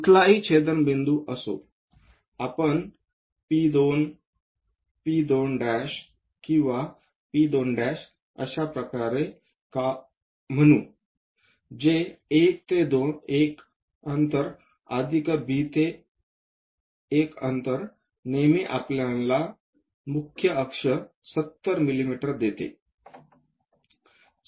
कुठलाही छेदनबिंदू असो आपण P2 P2 किंवा P2 अशा प्रकारे कॉल करू जे A ते 1 अंतर अधिक B ते 1 अंतर नेहमी आपल्याला मुख्य अक्ष 70 मिमी देते